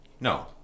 No